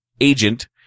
agent